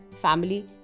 family